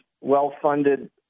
well-funded –